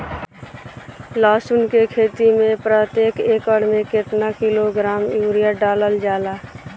लहसुन के खेती में प्रतेक एकड़ में केतना किलोग्राम यूरिया डालल जाला?